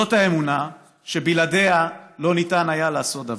זאת האמונה שבלעדיה לא ניתן היה לעשות דבר.